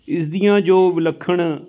ਇਸ ਦੀਆਂ ਜੋ ਵਿਲੱਖਣ